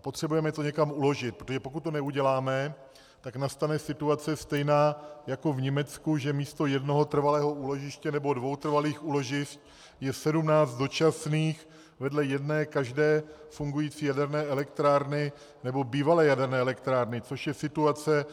Potřebujeme to někam uložit, protože pokud to neuděláme, tak nastane situace stejná jako v Německu, že místo jednoho trvalého úložiště nebo dvou trvalých úložišť je 17 dočasných vedle jedné každé fungující jaderné elektrárny nebo bývalé jaderné elektrárny, což je situace